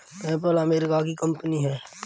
PayPal America की कंपनी है